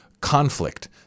conflict